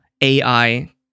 AI